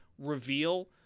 Reveal